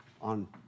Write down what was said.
on